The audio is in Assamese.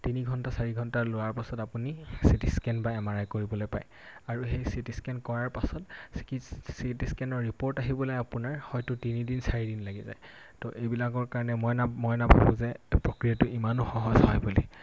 তিনি ঘণ্টা চাৰি ঘণ্টা লোৱাৰ পাছত আপুনি চিটি স্কেন বা এমআৰআই কৰিবলৈ পায় আৰু সেই চিটি স্কেন কৰাৰ পাছত চিকি চিটি স্কেনৰ ৰিপৰ্ট আহিবলৈ আপোনাৰ হয়তো তিনিদিন চাৰিদিন লাগি যায় ত' এইবিলাকৰ কাৰণে মই না মই নাভাবোঁ যে প্ৰক্ৰিয়াটো ইমানো সহজ হয় বুলি